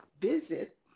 visit